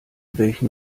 welchem